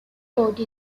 code